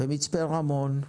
במצפה רמון,